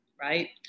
right